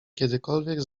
kiedykolwiek